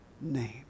name